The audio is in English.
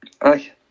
Aye